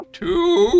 two